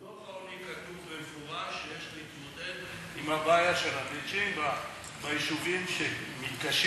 בדוח העוני כתוב במפורש שיש להתמודד עם בעיית המצ'ינג ביישובים שמתקשים,